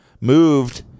moved